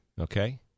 Okay